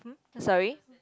so sorry